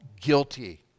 guilty